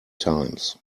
times